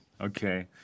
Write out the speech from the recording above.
okay